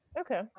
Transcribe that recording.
Okay